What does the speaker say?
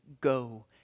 Go